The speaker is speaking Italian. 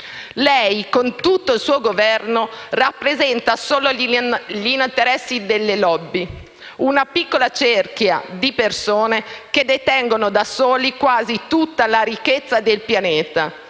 Lei, con tutto il suo Governo, rappresenta solo gli interessi delle *lobby*, una piccola cerchia di persone che detengono, da sole, quasi tutta la ricchezza del pianeta